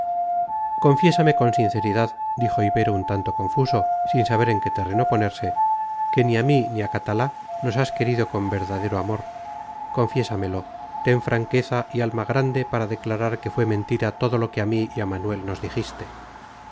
confiésame con sinceridad dijo ibero un tanto confuso sin saber en qué terreno ponerse que ni a mí ni a catalá nos has querido con verdadero amor confiésamelo ten franqueza y alma grande para declarar que fue mentira todo lo que a mí y a manuel nos dijiste